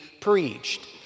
preached